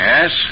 Yes